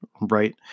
right